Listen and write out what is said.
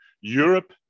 Europe